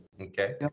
Okay